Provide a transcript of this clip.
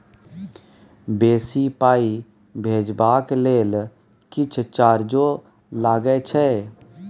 बेसी पाई भेजबाक लेल किछ चार्जो लागे छै?